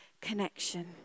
connection